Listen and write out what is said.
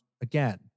again